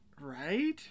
right